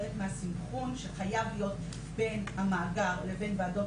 חלק מהסינכרון שחייב להיות בין המאגר לבין ועדות